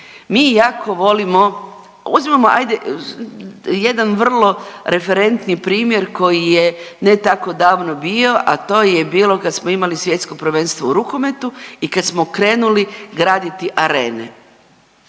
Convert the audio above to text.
Mi jako volimo uzmimo ajde jedan vrlo referentni primjer koji je ne tako davno bio, a to je bilo kad smo imali svjetsko prvenstvo u rukometu i kad smo krenuli graditi Arene,